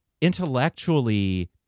intellectually